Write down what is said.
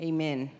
Amen